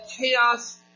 chaos